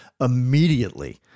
immediately